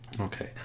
Okay